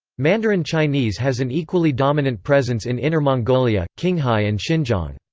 mandarin chinese has an equally dominant presence in inner mongolia, qinghai and xinjiang.